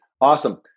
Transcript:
Awesome